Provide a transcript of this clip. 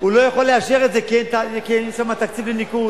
והוא לא יכול לאשר את זה, כי אין שם תקציב לניקוז.